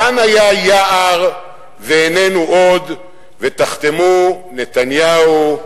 כאן היה יער ואיננו עוד, ותחתמו, נתניהו,